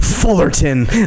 Fullerton